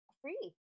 free